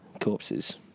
corpses